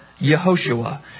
Yehoshua